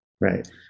Right